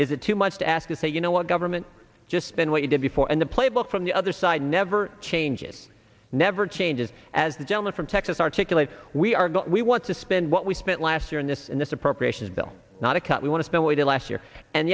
is it too much to ask to say you know what government just spend what you did before and the playbook from the other side never changes never changes as the gentleman from texas articulate we are going we want to spend what we spent last year in this in this appropriations bill not a cut we want to spend we did last year and